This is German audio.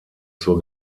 zur